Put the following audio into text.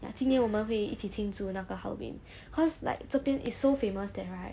ya 今年我们会一起庆祝那个:jin nian wo men hui yi qi qing zhuna ge halloween cause like 这边 is so famous that right